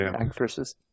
Actresses